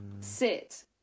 sit